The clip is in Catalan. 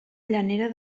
llanera